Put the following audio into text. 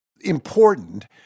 important